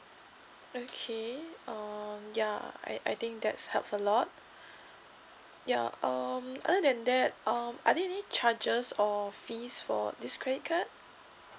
okay um ya I I think that's helps a lot ya um other than that um are there any charges or fees for this credit card